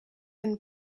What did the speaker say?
and